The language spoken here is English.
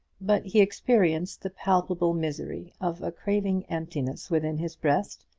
but he experienced the palpable misery of a craving emptiness within his breast,